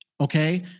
okay